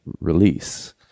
release